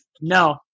no